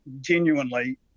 genuinely